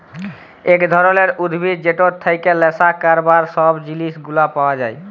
একট ধরলের উদ্ভিদ যেটর থেক্যে লেসা ক্যরবার সব জিলিস গুলা পাওয়া যায়